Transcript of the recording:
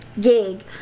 gig